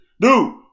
dude